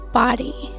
body